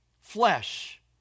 flesh